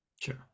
Sure